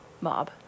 Mob